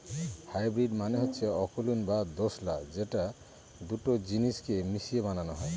hybrid মানে হচ্ছে অকুলীন বা দোঁশলা যেটা দুটো জিনিস কে মিশিয়ে বানানো হয়